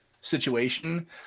situation